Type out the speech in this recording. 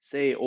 Say